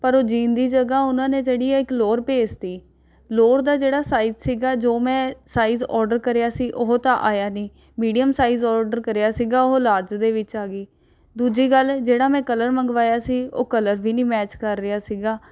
ਪਰ ਉਹ ਜੀਨ ਦੀ ਜਗ੍ਹਾ ਉਹਨਾਂ ਨੇ ਜਿਹੜੀ ਹੈ ਇੱਕ ਲੋਅਰ ਭੇਜ ਦਿੱਤੀ ਲੋਅਰ ਦਾ ਜਿਹੜਾ ਸਾਈਜ਼ ਸੀ ਜੋ ਮੈਂ ਸਾਈਜ਼ ਆਰਡਰ ਕਰਿਆ ਸੀ ਉਹ ਤਾਂ ਆਇਆ ਨਹੀਂ ਮੀਡੀਅਮ ਸਾਈਜ਼ ਆਰਡਰ ਕਰਿਆ ਸੀ ਉਹ ਲਾਰਜ ਦੇ ਵਿੱਚ ਆ ਗਈ ਦੂਜੀ ਗੱਲ ਜਿਹੜਾ ਮੈਂ ਕਲਰ ਮੰਗਵਾਇਆ ਸੀ ਉਹ ਕਲਰ ਵੀ ਨਹੀਂ ਮੈਚ ਕਰ ਰਿਹਾ ਸੀ